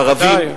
ערבים,